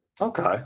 Okay